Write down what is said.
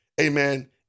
amen